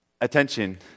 Attention